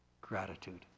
gratitude